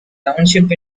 township